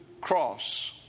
cross